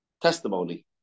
testimony